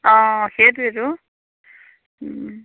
অঁ সেইটোৱেইটো